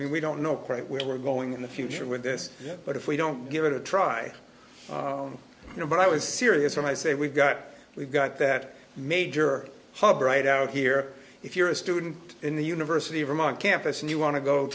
mean we don't know quite where we're going in the future with this yet but if we don't give it a try you know but i was serious when i say we've got we've got that major hub right out here if you're a student in the university of vermont campus and you want to go